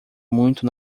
muito